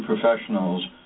professionals